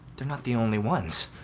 they're not the only ones.